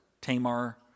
Tamar